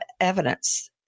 evidence